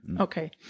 Okay